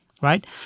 right